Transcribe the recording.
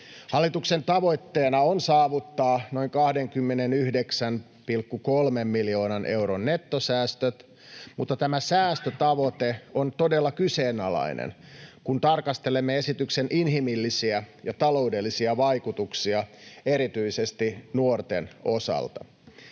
Hallituksen tavoitteena on saavuttaa noin 29,3 miljoonan euron nettosäästöt, mutta tämä säästötavoite on todella kyseenalainen, kun tarkastelemme esityksen inhimillisiä ja taloudellisia vaikutuksia erityisesti nuorten osalta.